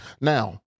Now